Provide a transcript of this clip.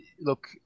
look